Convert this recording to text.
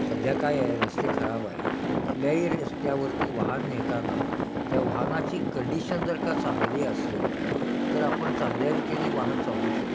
सध्या काय आहे रस्ते खराब आहेत कुठल्याही रस्त्यावरती वाहन नेताना त्या वाहनाची कंडिशन जर का चांगली असेल तर आपण चांगल्यारितीने वाहन चालवू शकू